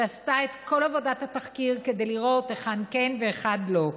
שעשתה את כל עבודת התחקיר כדי לראות היכן כן והיכן לא,